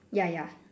ya ya